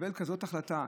בקבלת כזאת החלטה.